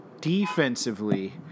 defensively